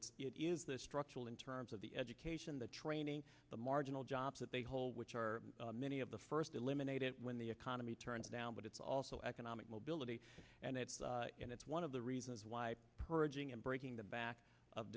it's it is the structural in terms of the education the training the marginal jobs that they whole which are many of the first eliminate it when the economy turns down but it's also economic mobility and it's and it's one of the reasons why purging and breaking the back of